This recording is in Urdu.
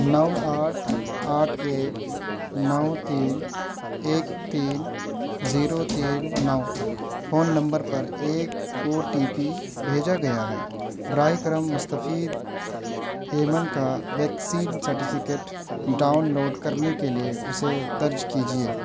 نو آٹھ آٹھ ایک نو تین ایک تین زیرو تین نو فون نمبر پر ایک او ٹی پی بھیجا گیا ہے براہ کرم مسفید ایمن کا ویکسین سرٹیفکیٹ ڈاؤن لوڈ کرنے کے لیے اسے درج کیجیے